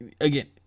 again